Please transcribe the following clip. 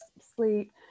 sleep